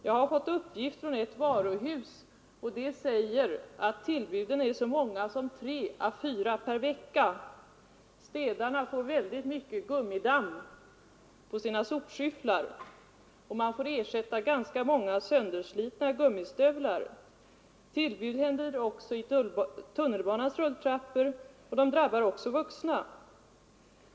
Jag har fått uppgift från ett varuhus som säger att tillbuden är så många som tre till fyra per vecka. Städarna får mycket gummidamm på sina sopskyfflar, och man får ersätta ganska många sönderslitna gummistövlar. Tillbud händer också i tunnelbanans rulltrappor och drabbar också vuxna.